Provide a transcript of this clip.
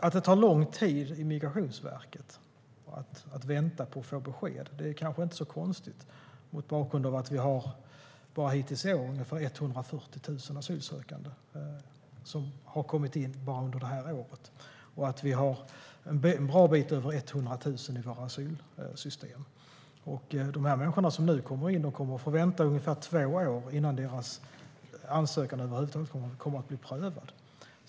Att det tar lång tid i Migrationsverket och att man får vänta på att få besked är kanske inte så konstigt mot bakgrund av att det bara hittills i år är ungefär 140 000 asylsökande som har kommit och att vi har en bra bit över 100 000 i våra asylsystem. De människor som nu kommer in kommer att få vänta i ungefär två år innan deras ansökningar över huvud taget kommer att bli prövade.